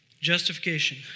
Justification